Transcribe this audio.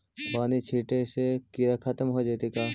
बानि छिटे से किड़ा खत्म हो जितै का?